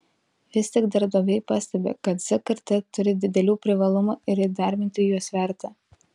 vis tik darbdaviai pastebi kad z karta turi didelių privalumų ir įdarbinti juos verta